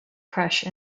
crush